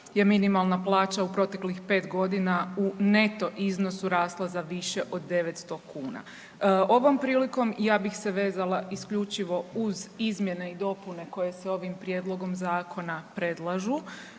je minimalna plaća u proteklih 5.g. u neto iznosu rasla za više od 900 kuna. Ovom prilikom ja bih se vezala isključivo uz izmjene i dopune koje se ovim prijedlogom zakona predlažu,